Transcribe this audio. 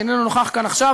שאיננו נוכח כאן עכשיו,